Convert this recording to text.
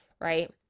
right